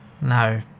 No